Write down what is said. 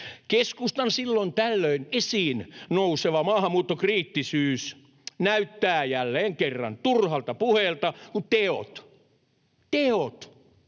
Keskustan silloin tällöin esiin nouseva maahanmuuttokriittisyys näyttää jälleen kerran turhalta puheelta, kun teot — teot